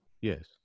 Yes